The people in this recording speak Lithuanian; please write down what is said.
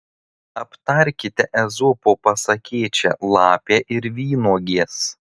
aptarkite ezopo pasakėčią lapė ir vynuogės